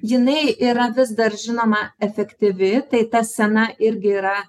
jinai yra vis dar žinoma efektyvi tai ta sena irgi yra